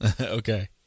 Okay